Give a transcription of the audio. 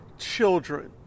children